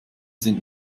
sind